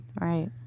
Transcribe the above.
right